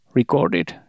recorded